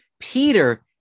Peter